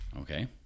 Okay